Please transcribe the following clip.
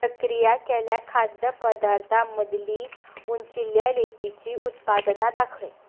प्रक्रिया केल्या खाद्यपदार्थां मदली उंचिल्ल्या लेटीचीं उत्पादनां दाखय